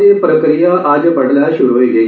एह् प्रक्रिया अज्ज बडलै शुरू होई गेई